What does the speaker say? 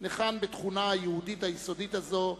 ניחן בתכונה היהודית היסודית הזו,